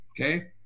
okay